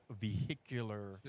vehicular